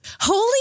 Holy